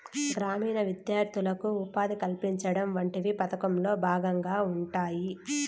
గ్రామీణ విద్యార్థులకు ఉపాధి కల్పించడం వంటివి పథకంలో భాగంగా ఉంటాయి